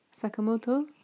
Sakamoto